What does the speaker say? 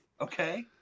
okay